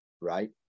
right